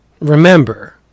remember